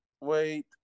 wait